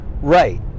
Right